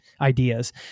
ideas